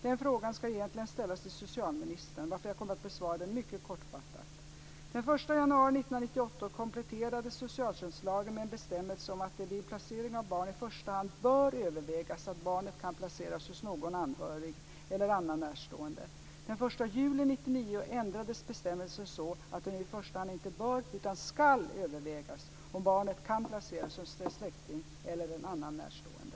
Den frågan ska egentligen ställas till socialministern, varför jag kommer att besvara den mycket kortfattat. Den 1 januari 1998 kompletterades socialtjänstlagen med en bestämmelse om att det vid placering av barn i första hand bör övervägas om barnet kan placeras hos någon anhörig eller annan närstående. Den 1 juli 1999 ändrades bestämmelsen så att det nu i första hand inte bör utan ska övervägas om barnet kan placeras hos en släkting eller en annan närstående.